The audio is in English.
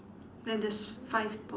then there's five poles